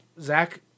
Zach